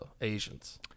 Asians